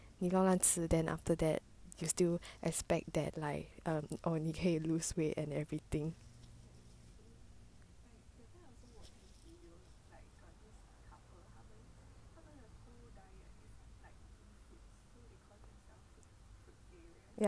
你乱乱吃 then after that you still expect that like um orh 你可以 lose weight and everything